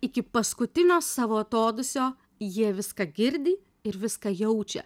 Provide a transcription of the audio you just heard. iki paskutinio savo atodūsio jie viską girdi ir viską jaučia